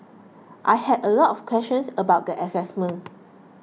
I had a lot of questions about the assignment